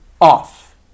Off